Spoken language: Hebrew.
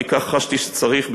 כי כך חשתי שצריך,